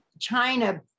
China